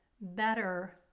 better